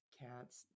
cats